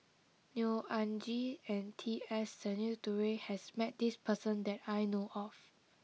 Neo Anngee and T S Sinnathuray has met this person that I know of